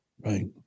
Right